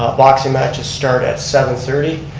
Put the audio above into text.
ah boxing matches start at seven thirty.